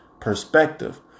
perspective